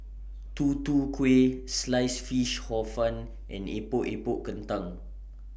Tutu Kueh Sliced Fish Hor Fun and Epok Epok Kentang